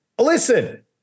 listen